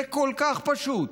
זה כל כך פשוט,